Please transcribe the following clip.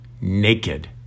naked